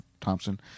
Thompson